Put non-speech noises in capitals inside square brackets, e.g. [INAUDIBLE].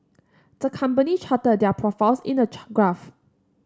the company charted their profits in a [UNINTELLIGIBLE] graph